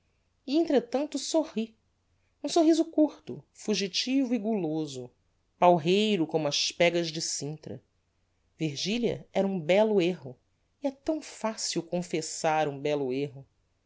entretanto sorri um sorriso curto fugitivo e guloso palreiro como as pegas de cintra virgilia era um bello erro e é tão facil confessar um bello erro